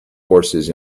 horses